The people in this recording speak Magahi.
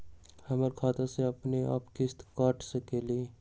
हमर खाता से अपनेआप किस्त काट सकेली?